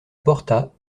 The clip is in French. porta